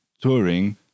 touring